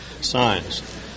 signs